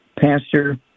pastor